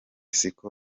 siko